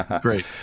great